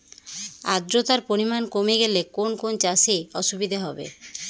আদ্রতার পরিমাণ কমে গেলে কোন কোন চাষে অসুবিধে হবে?